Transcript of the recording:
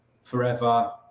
forever